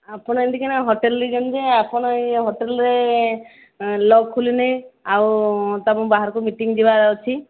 ଆପଣ ଏମିତି କିନା ହୋଟେଲ୍ରେ ଦେଇଛନ୍ତି ଯେ ଆପଣ ଏଇ ହୋଟେଲ୍ରେ ଲକ୍ ଖୋଲୁନାହିଁ ଆଉ ବାହାରକୁ ମିଟିଂ ଯିବାର ଅଛି